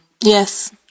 Yes